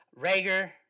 Rager